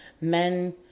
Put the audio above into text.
men